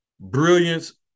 brilliance